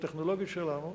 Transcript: בטכנולוגיות שלנו,